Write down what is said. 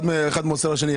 אחד מוסר לשני,